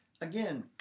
again